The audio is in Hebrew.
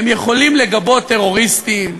הם יכולים לגבות טרוריסטים,